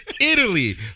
Italy